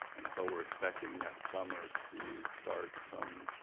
and so we're expecting that summer to start some